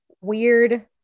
weird